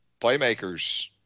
playmakers